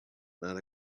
not